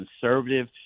conservative